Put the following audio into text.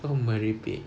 kau merepek